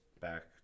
back